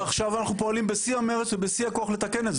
ועכשיו אנחנו פועלים בשיא המרץ ובשיא הכוח לתקן את זה,